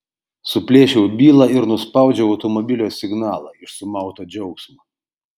suplėšiau bylą ir nuspaudžiau automobilio signalą iš sumauto džiaugsmo